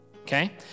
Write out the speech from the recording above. okay